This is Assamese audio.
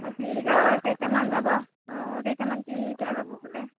বাকী গাঁৱৰ কেইটামান যাব কেইটামান তিনিটা যাব বোলে